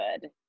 good